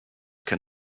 can